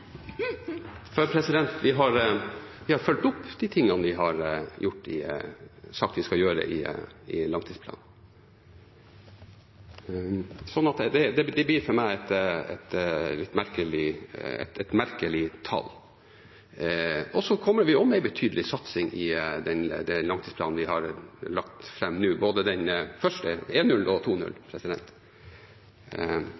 vi har vi fulgt opp de tingene vi har sagt vi skal gjøre i langtidsplanen, så det blir for meg et merkelig tall. Så kommer vi også med en betydelig satsing i den langtidsplanen vi har lagt fram nå, både den første, 1.0, og